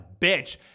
bitch